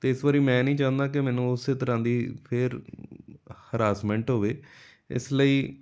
ਅਤੇ ਇਸ ਵਾਰੀ ਮੈਂ ਨਹੀਂ ਚਾਹੁੰਦਾ ਕਿ ਮੈਨੂੰ ਉਸੇ ਤਰ੍ਹਾਂ ਦੀ ਫਿਰ ਹਰਾਸਮੈਂਟ ਹੋਵੇ ਇਸ ਲਈ